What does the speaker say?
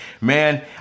Man